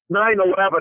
9-11